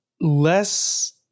less